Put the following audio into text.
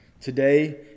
Today